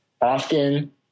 Often